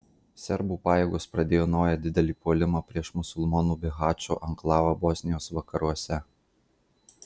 serbų pajėgos pradėjo naują didelį puolimą prieš musulmonų bihačo anklavą bosnijos vakaruose